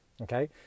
okay